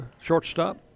shortstop